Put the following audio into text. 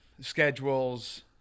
schedules